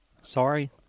Sorry